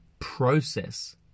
process